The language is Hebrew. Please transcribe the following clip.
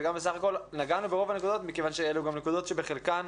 וגם נגענו ברוב הנקודות מכיוון שאלו גם נקודות שבחלקן